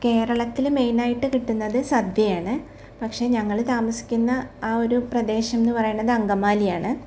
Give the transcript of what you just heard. കേരളത്തില് മെയ്നായിട്ട് കിട്ടുന്നത് സദ്യയാണ് പക്ഷെ ഞങ്ങള് താമസിക്കുന്ന ആ ഒരു പ്രദേശമെന്ന് പറയുന്നത് അങ്കമാലിയാണ്